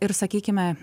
ir sakykime